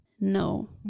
No